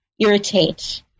irritate